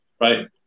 right